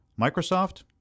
Microsoft